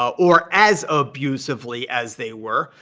or as abusively as they were.